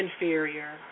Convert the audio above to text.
inferior